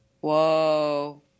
Whoa